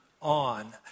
on